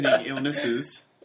illnesses